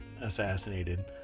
assassinated